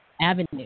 Avenue